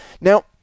Now